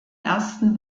ersten